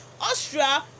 Austria